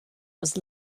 was